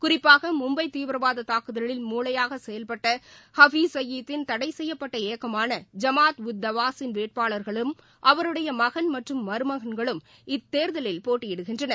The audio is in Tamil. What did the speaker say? குறிப்பாக மும்பை தீவிரவாத தாக்குதலில் மூளையாகச் செயல்பட்ட ஹபீஸ் சையதின் தடை செய்யப்பட்ட ஜமாத் உத் தவாலின் வேட்பாளர்களும் அவருடைய மகன் மற்றும் மருமகன்களும் இயக்கமான இத்தேர்தலில் போட்டியிடுகின்றனர்